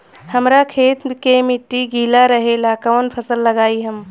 हमरा खेत के मिट्टी गीला रहेला कवन फसल लगाई हम?